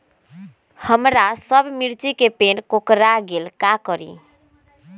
हमारा मिर्ची के पेड़ सब कोकरा गेल का करी?